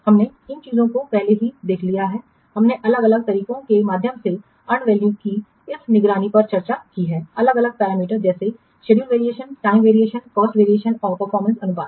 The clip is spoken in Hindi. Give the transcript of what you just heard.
हमने इन चीजों को पहले ही देख लिया है हमने अलग अलग तकनीकों के माध्यम से अर्नड वैल्यू की इस निगरानी पर चर्चा की है अलग अलग पैरामीटर जैसे schedule variation time variation cost variation और परफॉर्मेंस अनुपात